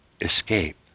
escape